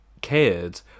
cared